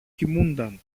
κοιμούνταν